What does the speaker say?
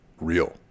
real